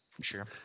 sure